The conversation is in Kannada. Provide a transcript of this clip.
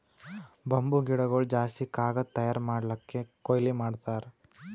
ಬಂಬೂ ಗಿಡಗೊಳ್ ಜಾಸ್ತಿ ಕಾಗದ್ ತಯಾರ್ ಮಾಡ್ಲಕ್ಕೆ ಕೊಯ್ಲಿ ಮಾಡ್ತಾರ್